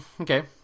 okay